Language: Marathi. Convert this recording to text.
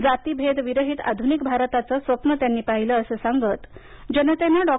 जातीभेद विरहीत आधुनिक भारताचं स्वप्न त्यांनी पाहिलं असं सांगत जनतेनं डॉ